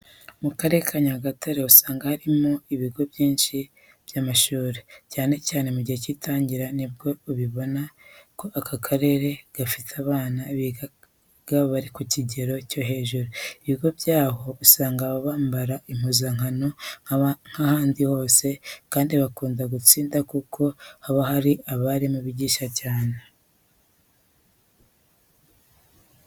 Mu karere ka Nyagatare usanga harimo ibigo byinshi by'amashuri, cyane cyane mu gihe cy'itangira nibwo ubibona ko aka karere gafite abana biga bari ku kigero cyo hejuru. Ibigo byaho usanga bambara impuzankano nk'ahandi hose kandi bakunda gutsinda kuko haba hari abarimu bigisha cyane.